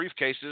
briefcases